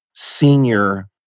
Senior